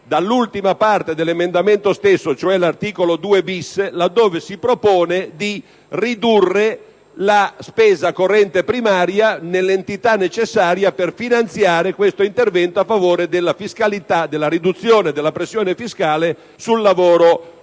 dall'ultima parte dell'emendamento stesso, cioè l'articolo 2-*bis,* dove si propone di ridurre la spesa corrente primaria nell'entità necessaria per finanziare questo intervento di riduzione della pressione fiscale sul lavoro